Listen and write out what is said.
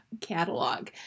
catalog